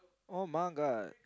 [oh]-my-god